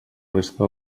resta